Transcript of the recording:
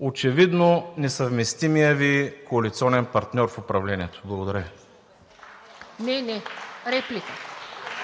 очевидно несъвместимия Ви коалиционен партньор в управлението. Благодаря Ви.